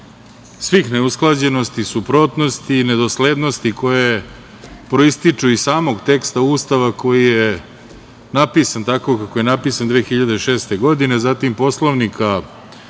svih neusklađenosti, suprotnosti i nedoslednosti koje proističu iz samog teksta Ustava koji je napisan tako kako je napisan 2006. godine, zatim Poslovnika